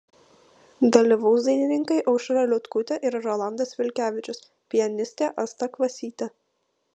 dalyvaus dainininkai aušra liutkutė ir rolandas vilkevičius pianistė asta kvasytė